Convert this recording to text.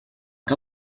què